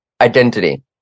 identity